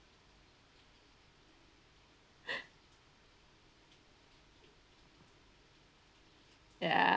ya